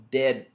dead